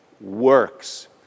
works